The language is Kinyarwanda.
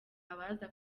abaza